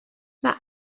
mae